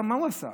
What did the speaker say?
מה הוא עשה?